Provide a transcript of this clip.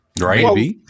Right